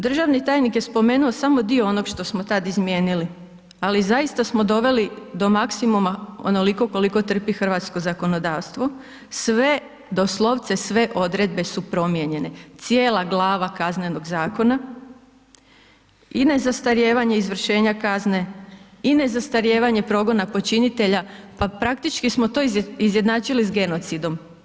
Državni tajnik je spomenuo samo dio onog što smo tad izmijenili ali zaista smo doveli do maksimuma onoliko koliko trpi hrvatsko zakonodavstvo, sve doslovce, sve odredbe su promijenjene, cijela glava KZ-a i nezastarijevanje izvršenja kazne i nezastarijevanje progona počinitelja, pa praktički smo to izjednačili sa genocidom.